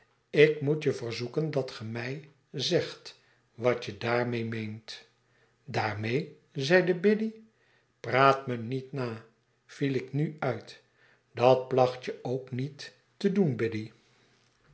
ik moet verzoeken dat ge mij zegt wat je daarmee meent daarmee zeide biddy praat me niet na viel ik nu uit dat placht je k niet te doen biddy